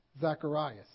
Zacharias